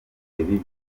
bibi